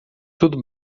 tudo